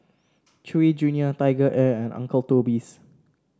Chewy Junior TigerAir and Uncle Toby's